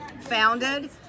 founded